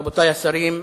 רבותי האורחים,